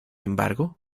embargo